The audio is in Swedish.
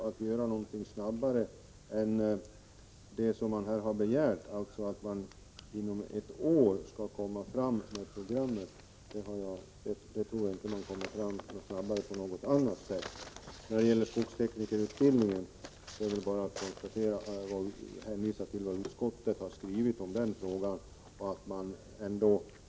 Att göra något snabbare än det som begärts, dvs. att man inom ett år skall presentera ett forskningsprogram, är nog inte möjligt. När det gäller skogsteknikerutbildningen vill jag bara hänvisa till vad utskottet skrivit.